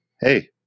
hey